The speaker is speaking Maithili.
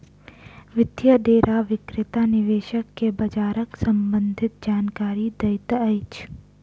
वित्तीय डेटा विक्रेता निवेशक के बजारक सम्भंधित जानकारी दैत अछि